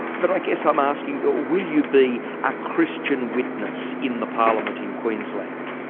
but i guess i'm asking, will you be a christian witness in the parliament in queensland?